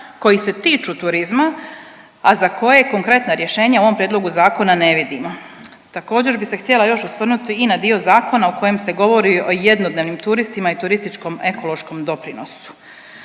koji se tiču turizma, a za koje konkretna rješenja u ovom prijedlogu zakona ne vidimo. Također bih se htjela još osvrnuti i na dio zakona u kojem se govori o jednodnevnim turistima i turističkom ekološkom doprinosu.